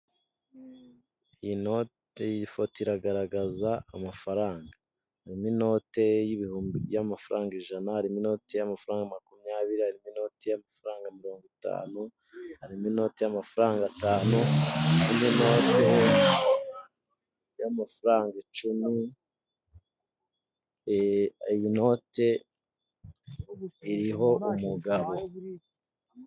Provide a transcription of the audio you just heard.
Iyi note iyi foto iragaragaza amafaranga, harimo minote y'ibihumbi y'amafaranga ijana, harimo inote y'amafaranga makumyabiri, harimo inote y'amafaranga mirongo itanu, harimo inoti y'amafaranga atanu, harimo inote y'amafaranga icumi, iyi note iriho umugabo.